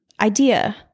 idea